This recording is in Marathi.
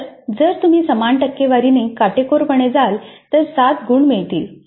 तर जर तुम्ही समान टक्केवारीने काटेकोरपणे जाल तर 7 गुण मिळतील